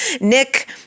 Nick